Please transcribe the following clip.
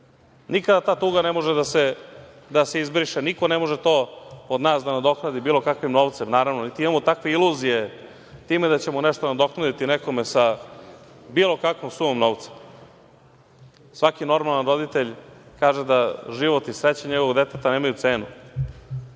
Nikada ta tuga ne može da se izbriše. Niko ne može to od nas da nadoknadi bilo kakvim novcem, naravno, niti imamo bilo kakve iluzije time da ćemo nešto nadoknaditi nekome sa bilo kakvom sumom novca. Svaki normalni roditelj kaže da život i sreća njegovog deteta nemaju cenu,